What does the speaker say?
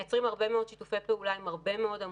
מייצרים הרבה מאוד שיתופי פעולה עם הרבה מאוד עמותות,